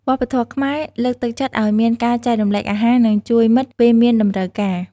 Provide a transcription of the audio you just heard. វប្បធម៌ខ្មែរលើកទឹកចិត្តឲ្យមានការចែករំលែកអាហារ និងជួយមិត្តពេលមានតម្រូវការ។